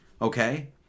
Okay